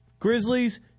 Grizzlies